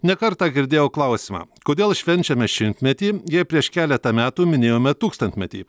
ne kartą girdėjau klausimą kodėl švenčiame šimtmetį jei prieš keletą metų minėjome tūkstantmetį